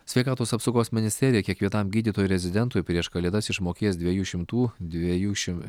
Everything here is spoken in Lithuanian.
sveikatos apsaugos ministerija kiekvienam gydytojui rezidentui prieš kalėdas išmokės dviejų šimtų dviejų šim